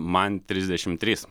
man trisdešim trys